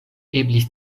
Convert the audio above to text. eblis